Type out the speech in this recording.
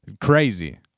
Crazy